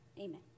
amen